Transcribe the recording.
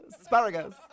Asparagus